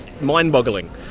mind-boggling